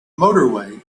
motorway